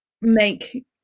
Make